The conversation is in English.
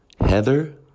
Heather